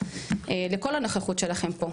לכל הנוכחות שלכם פה.